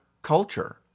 Culture